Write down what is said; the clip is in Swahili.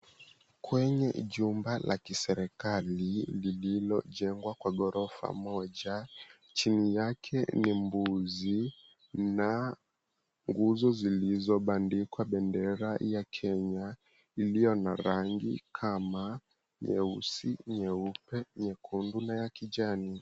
Kwenye jumba la kiserikali lililojengwa kwa ghorofa moja chini yake ni mbuzi na nguzo zilizobandikwa bendera ya Kenya iliyo na rangi kama nyeusi, nyeupe, nyekundu na ya kijani.